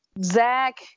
Zach